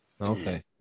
Okay